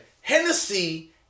Hennessy